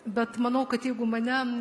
bet manau kad jeigu mane